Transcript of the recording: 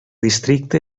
districte